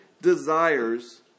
desires